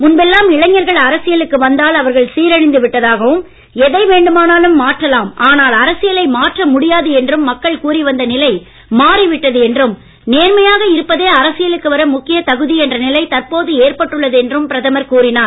முன்பெல்லாம் இளைஞர்கள் அரசியலுக்கு வந்தால் அவர்கள் சீரழிந்து விட்டதாகவும் எதை வேண்டுமானாலும் மாற்றலாம் ஆனால் அரசியலை மாற்ற முடியாது என்றும் மக்கள் கூறி வந்த நிலை மாறிவிட்டது என்றும் நேர்மையாக இருப்பதே அரசியலுக்கு வர முக்கிய தகுதி என்ற நிலை தற்போது ஏற்பட்டுள்ளது என்றும் பிரதமர் கூறினார்